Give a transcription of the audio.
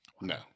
No